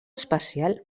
espacial